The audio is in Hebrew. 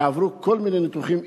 ועברו כל מיני ניתוחים,